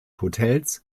hotels